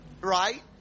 right